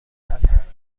است